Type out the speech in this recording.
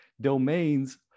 domains